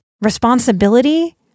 responsibility